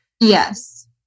Yes